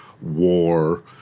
war